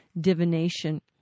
divination